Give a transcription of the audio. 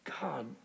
God